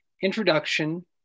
introduction